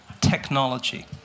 technology